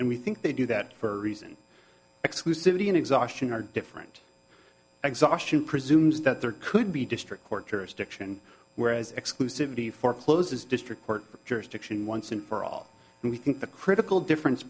and we think they do that for a reason exclusivity and exhaustion are different exhaustion presumes that there could be district court jurisdiction whereas exclusivity forecloses district court jurisdiction once and for all we think the critical difference